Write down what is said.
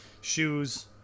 Shoes